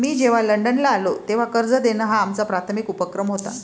मी जेव्हा लंडनला आलो, तेव्हा कर्ज देणं हा आमचा प्राथमिक उपक्रम होता